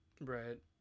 Right